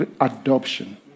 adoption